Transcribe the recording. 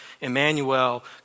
Emmanuel